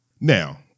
Now